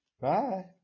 Bye